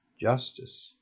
justice